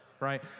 right